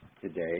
today